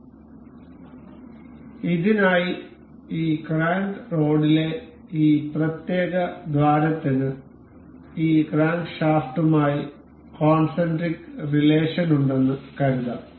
അതിനാൽ ഇതിനായി ഈ ക്രാങ്ക് റോഡിലെ ഈ പ്രത്യേക ദ്വാരത്തിന് ഈ ക്രാങ്ക്ഷാഫ്റ്റുമായി കോൺസെൻട്രിക് റിലേഷൻ ഉണ്ടെന്ന് കരുതാം